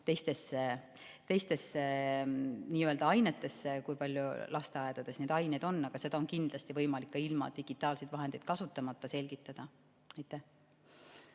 nii-öelda ainetesse – kui palju lasteaedades neid aineid on –, aga seda on kindlasti võimalik ka ilma digitaalseid vahendeid kasutamata selgitada. Aitäh